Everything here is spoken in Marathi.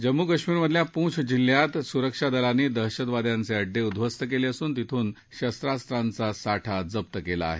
जम्मू कश्मीर मधल्या पूछ जिल्हात सुरक्षादलांनी दहशतवाद्यांचे अड्डे उद्ववस्त केले असून तिथून शस्त्रास्त्रांचा साठा जप्त केला आहे